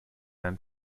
and